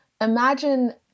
imagine